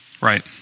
right